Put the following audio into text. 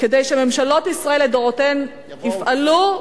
שממשלות ישראל לדורותיהן יפעלו,